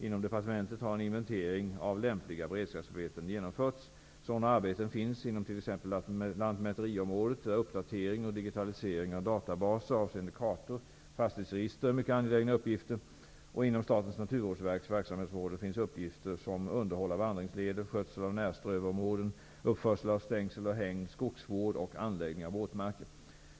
Inom departementet har en inventering av lämpliga beredskapsarbeten genomförts. Sådana arbeten finns inom t.ex. lantmäteriområdet, där uppdatering och digitalisering av databaser avseende kartor och fastighetsregister är mycket angelägna uppgifter. Inom Statens naturvårdsverks verksamhetsområde finns uppgifter som underhåll av vandringsleder, skötsel av närströvområden, uppförsel av stängsel och hägn, skogsvård och anläggning av våtmarker.